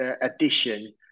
addition